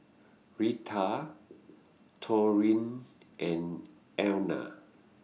Reatha Torrie and Elna